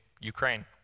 Ukraine